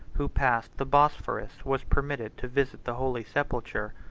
who passed the bosphorus, was permitted to visit the holy sepulchre.